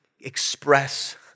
express